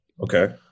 Okay